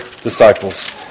disciples